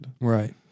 right